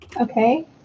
Okay